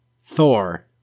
Thor